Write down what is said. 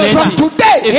Today